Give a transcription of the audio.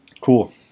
Cool